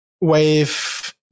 wave